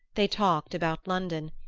they talked about london,